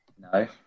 No